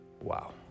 Wow